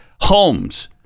homes